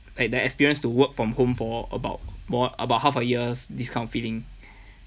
like the experience to work from home for about more about half a year's this kind of feeling